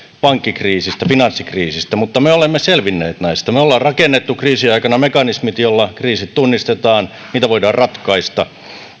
pankkikriisistä ja finanssikriisistä mutta me olemme selvinneet näistä me olemme rakentaneet kriisien aikana mekanismit joilla kriisit tunnistetaan ja niitä voidaan ratkaista